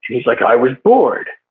he's like i was bored.